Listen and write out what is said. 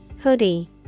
Hoodie